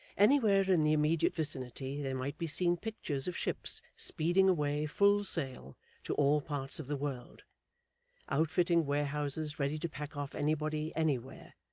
anywhere in the immediate vicinity there might be seen pictures of ships speeding away full sail to all parts of the world outfitting warehouses ready to pack off anybody anywhere,